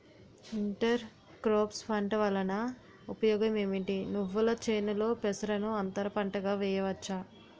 Inter crops పంట వలన ఉపయోగం ఏమిటి? నువ్వుల చేనులో పెసరను అంతర పంటగా వేయవచ్చా?